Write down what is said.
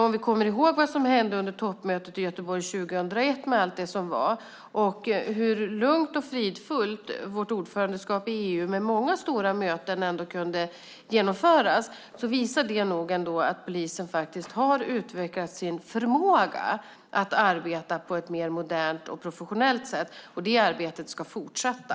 Om vi kommer ihåg allt det som hände under toppmötet i Göteborg 2001 och tänker på hur lugnt och fridfullt vårt ordförandeskap i EU nu, med många stora möten, ändå kunde genomföras visar det nog ändå att polisen har utvecklat sin förmåga att arbeta på ett mer modernt och professionellt sätt. Detta arbete ska fortsätta.